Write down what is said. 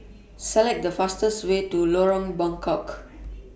Select The fastest Way to Lorong Buangkok